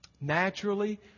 Naturally